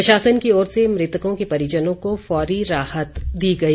प्रशासन की ओर से मृतकों के परिजनों को फौरी राहत दी गई